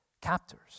captors